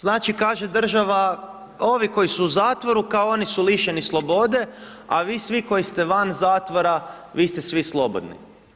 Znači kaže država ovi koji su u zatvoru, kao oni su lišeni slobode a vi svi koji ste van zatvora, vi ste svi slobodni.